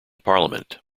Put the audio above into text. parliament